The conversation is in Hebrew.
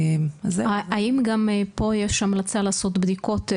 האם גם פה יש המלצה לעשות בדיקות,